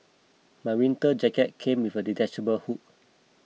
my winter jacket came with detachable hood